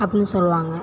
அப்படின்னு சொல்வாங்க